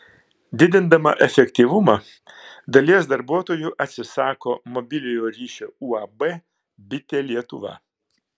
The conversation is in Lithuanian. didindama efektyvumą dalies darbuotojų atsisako mobiliojo ryšio uab bitė lietuva